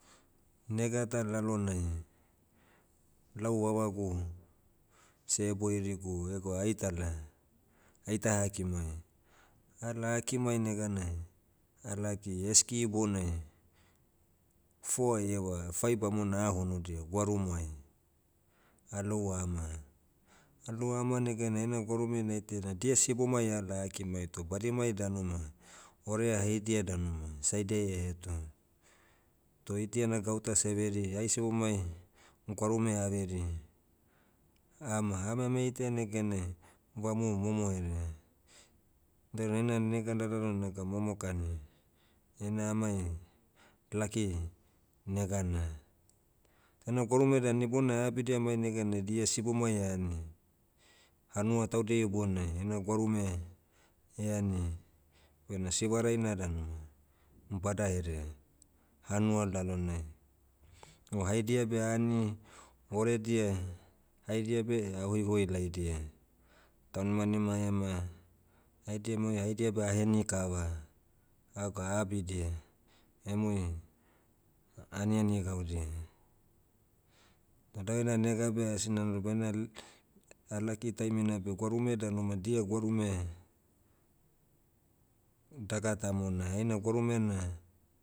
Nega ta lalonai, lau vavagu, seh eboirigu egwa aitala, aitaha kimai. Ala ah kimai neganai, ah lucky esky ibonai, foa ieva fai bamona ah honudia gwarumoai. Alou ama- alou ama neganai ena gwarume naitaia na dia sibomai ala ah kimai toh badimai danu ma, orea haidia danu ma saidiai hetu. Toh idia na gauta severi, ai sibomai, gwarume averi. Ama- ama ame itaia neganai, vamu momoherea. Dainai ena nega ladana naga momokani, heina amai, lucky, negana. Da na gwarume dan ibonai abidia mai neganai dia sibomai ani. Hanua taudia ibonai heina gwarume, eani. Bena sivaraina danu, badaherea, hanua lalonai. O haidia beh ani, oredia, haidia beh ah hoihoi laidia, taunimanima ema, haidia mai- haidia beh aheni kava. Aga abidia, emui, aniani gaudia. Toh dau ena nega beh asi nalalo bainal- ah lucky taimina beh gwarume danu ma dia gwarume, daga tamona heina gwarume na